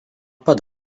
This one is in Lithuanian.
pat